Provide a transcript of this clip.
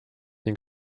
ning